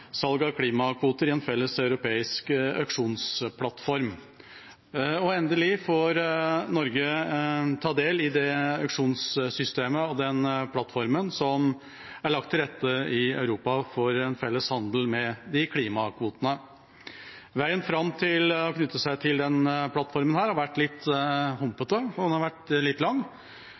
salg av klimakvoter i en felleseuropeisk auksjonsplattform. Endelig får Norge ta del i det auksjonssystemet og den plattformen som er lagt til rette i Europa for felles handel med klimakvotene. Veien fram for å knytte seg til denne plattformen har vært litt humpete, og den har vært lang.